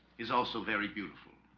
is also very beautiful